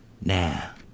now